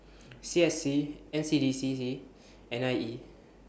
C S C N C D C C and I E